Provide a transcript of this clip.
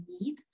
need